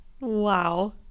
Wow